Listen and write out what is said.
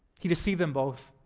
he deceived them both